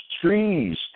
trees